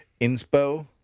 Inspo